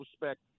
respect